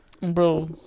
Bro